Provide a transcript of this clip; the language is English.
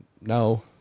No